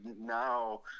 Now